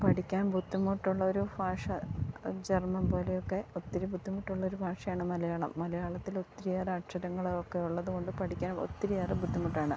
പഠിക്കാൻ ബുദ്ധിമുട്ടുള്ളൊരു ഭാഷ ജർമ്മൻ പോലെയൊക്കെ ഒത്തിരി ബുദ്ധിമുട്ടുള്ളൊരു ഭാഷയാണ് മലയാളം മലയാളത്തിലൊത്തിരിയേറെ അക്ഷരങ്ങളൊക്കെ ഉള്ളത് കൊണ്ട് പഠിക്കാൻ ഒത്തിരിയേറെ ബുദ്ധിമുട്ടാണ്